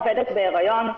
עובדת בהיריון.